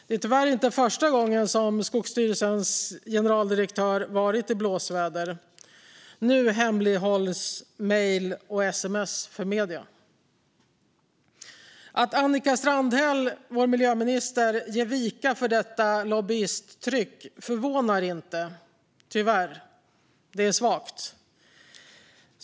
Det är tyvärr inte första gången som Skogsstyrelsens generaldirektör varit i blåsväder. Nu hemlighålls mejl och sms för medierna. Att vår miljöminister Annika Strandhäll ger vika för detta lobbyisttryck förvånar tyvärr inte. Det är svagt.